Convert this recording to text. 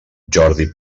jordi